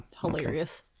Hilarious